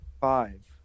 Five